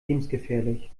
lebensgefährlich